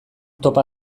topa